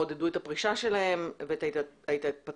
עודדו את הפרישה שלהם ואת ההתפטרות,